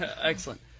Excellent